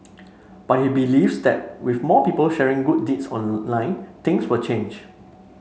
but he believes that with more people sharing good deeds online things will change